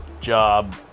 job